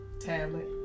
tablet